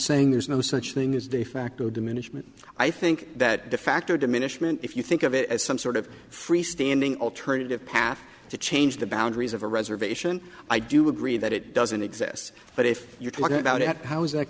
saying there's no such thing as de facto diminishment i think that de facto diminishment if you think of it as some sort of freestanding alternative path to change the boundaries of a reservation i do agree that it doesn't exist but if you're talking about it how is that